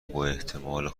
باحتمال